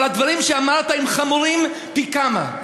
אבל הדברים שאמרת הם חמורים פי-כמה.